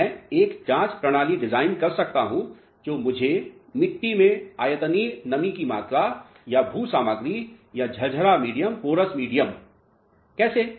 मैं एक जांच प्रणाली डिजाइन कर सकता हूं जो मुझे मिट्टी में आयतनीय नमी की मात्रा या भू सामग्री या झरझरा मीडिया कैसे